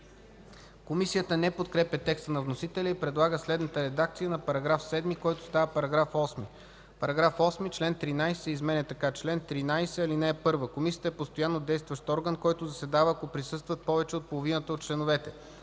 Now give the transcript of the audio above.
Комисията не подкрепя текста на вносителя и предлага следната редакция на § 7, който става § 8: „§ 8. Член 13 се изменя така: „Чл. 13. (1) Комисията е постоянно действащ орган, който заседава, ако присъстват повече от половината от членовете.